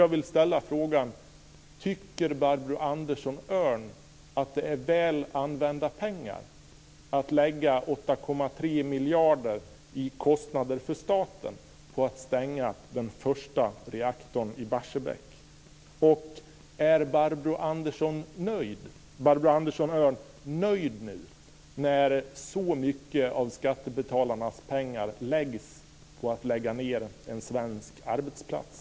Jag vill då fråga: Tycker Barbro Andersson Öhrn att det är väl använda pengar, att lägga 8,3 miljarder på att stänga den första reaktorn i Barsebäck? Och är Barbro Andersson nöjd nu när så mycket av skattebetalarnas pengar används för att lägga ned en svensk arbetsplats?